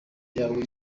yawe